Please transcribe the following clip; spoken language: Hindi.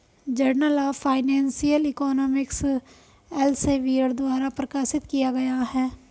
journal of financial economics Elsevier द्वारा प्रकाशित किया गया हैं